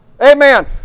Amen